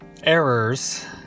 errors